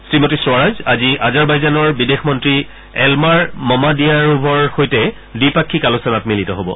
শ্ৰীমতী স্বৰাজ আজি আজাৰবাইজানৰ বিদেশমন্তী এলমাৰ মমাডিয়াৰোভৰ সৈতে দ্বিপাক্ষিক আলোচনাত মিলিত হব